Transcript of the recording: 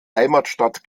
heimatstadt